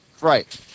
Right